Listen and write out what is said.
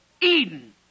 Eden